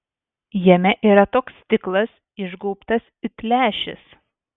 jame yra toks stiklas išgaubtas it lęšis